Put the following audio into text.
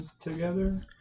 together